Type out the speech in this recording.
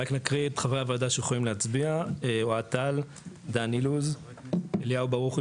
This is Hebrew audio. חברי הוועדה שיכולים להצביע: אוהד טל; דן אילוז; אליהו ברוכי,